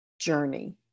journey